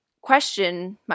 Question